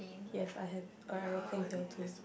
yes I have a aeroplane here too